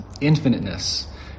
infiniteness